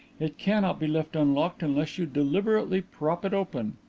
it cannot be left unlocked unless you deliberately prop it open.